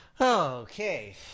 Okay